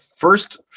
first